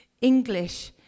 English